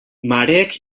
mareek